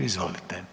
Izvolite.